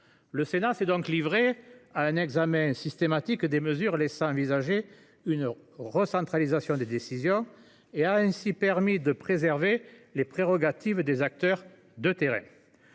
Le Sénat s’est donc livré à un examen systématique des mesures laissant présager une recentralisation des décisions, et a ainsi permis de préserver les prérogatives des acteurs de terrain.